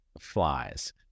flies